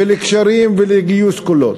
קשרים וגיוס קולות.